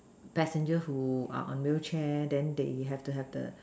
passenger who are on wheelchair then they have to have the